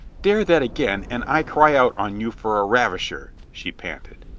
dare that again and i cry out on you for a ravisher, she panted.